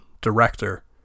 director